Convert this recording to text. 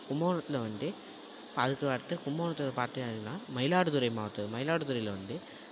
கும்பகோணத்தில் வந்துட்டு அதுக்கு அடுத்து கும்பகோணத்துல ஒரு பார்ட்டு எதுன்னா மயிலாடுதுறை மாவட்டத்தில் மயிலாடுதுறையில் வந்து